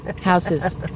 houses